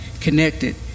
connected